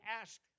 ask